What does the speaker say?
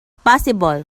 possible